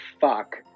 fuck